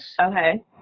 Okay